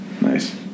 nice